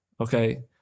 Okay